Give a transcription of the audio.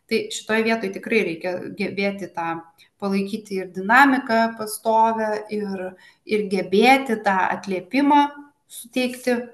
tai šitoj vietoj tikrai reikia gebėti tą palaikyti dinamiką pastovią ir ir gebėti tą atliepimą suteikti